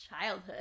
childhood